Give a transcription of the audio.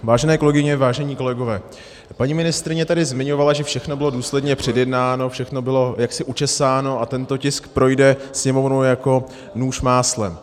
Vážené kolegyně, vážení kolegové, paní ministryně tady zmiňovala, že všechno bylo důsledně předjednáno, všechno bylo jaksi učesáno a tento tisk projde Sněmovnou jako nůž máslem.